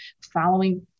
following